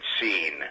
scene